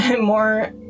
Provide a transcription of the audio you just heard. more